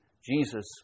Jesus